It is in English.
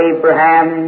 Abraham